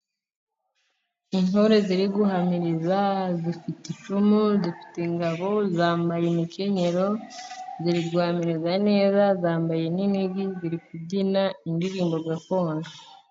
Intore ziri guhamiriza, zifite icumu, zifite ingabo, zambaye imikenyero, ziri guhamiriza neza, zambaye n'inigi ziri kubyina indirimbo gakondo.